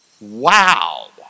Wow